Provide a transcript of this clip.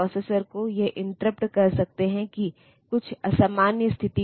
तो कंपनियों ने इंस्ट्रक्शंस के लिए कुछ सिंबॉलिक कोड को परिभाषित किया है